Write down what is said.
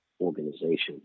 organizations